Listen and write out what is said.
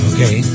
Okay